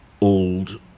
old